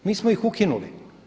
Mi smo ih ukinuli.